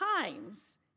times